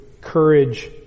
courage